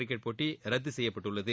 cricket போட்டி ரத்து செய்யப்பட்டுள்ளது